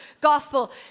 gospel